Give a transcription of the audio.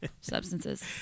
substances